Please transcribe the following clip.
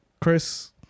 Chris